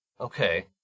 Okay